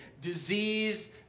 disease